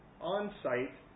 on-site